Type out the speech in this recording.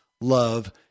love